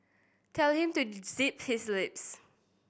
tell him to zip his lips